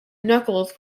knuckles